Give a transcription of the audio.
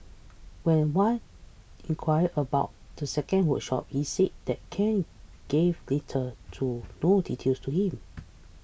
when Wan inquired about the second workshop he said that Ken gave little to no details to him